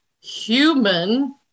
human